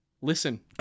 Listen